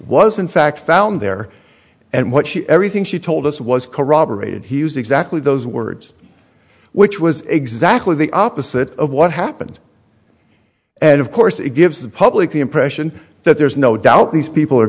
was in fact found there and what she everything she told us was corroborated he used exactly those words which was exactly the opposite of what happened and of course it gives the public the impression that there's no doubt these people are